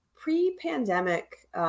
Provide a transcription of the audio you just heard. Pre-pandemic